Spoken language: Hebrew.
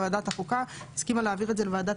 אבל ועדת החוקה הסכימה להעביר את זה לוועדת